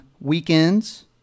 Weekends